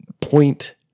point